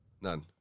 None